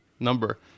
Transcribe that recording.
Number